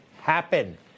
happen